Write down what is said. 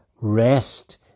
rest